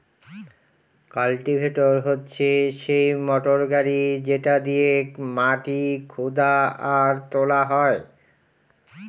cultivator হচ্ছে সেই motor গাড়ি যেটা দিয়েক মাটি খুদা আর তোলা হয়